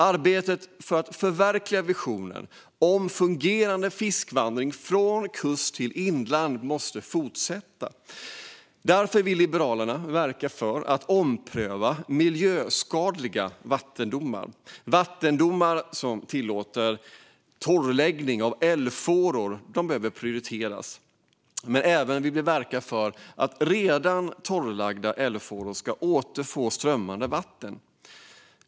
Arbetet för att förverkliga visionen om en fungerande fiskvandring från kust till inland måste fortsätta. Därför vill Liberalerna verka för att ompröva miljöskadliga vattendomar. Vattendomar som tillåter torrläggning av älvfåror behöver prioriteras, men vi vill även verka för att redan torrlagda älvfåror ska återfå strömmande vatten.